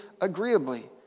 agreeably